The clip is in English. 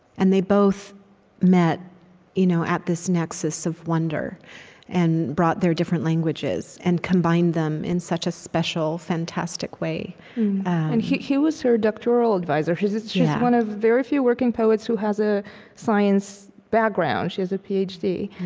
and they both met you know at this nexus of wonder and brought their different languages and combined them in such a special, fantastic way and he he was her doctoral advisor. she's yeah one of very few working poets who has a science background she has a ph d.